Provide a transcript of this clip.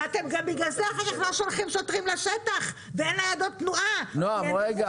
בגלל זה אחר כך אתם לא שולחים שוטרים לשטח ואין ניידות תנועה --- רגע,